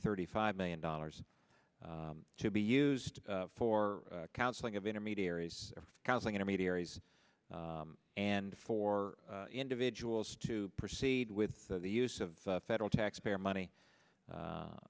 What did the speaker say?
thirty five million dollars to be used for counseling of intermediaries counseling intermediaries and for individuals to proceed with the use of federal taxpayer money